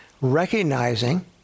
recognizing